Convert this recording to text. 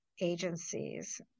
agencies